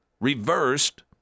reversed